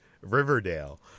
Riverdale